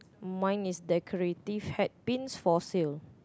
mine is decorative hat pins for sale